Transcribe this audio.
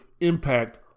impact